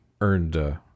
Earned